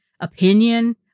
opinion